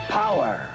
power